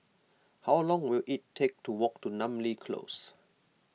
how long will it take to walk to Namly Close